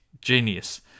genius